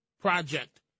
project